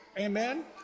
Amen